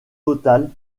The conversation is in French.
totale